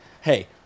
hey